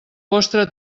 vostra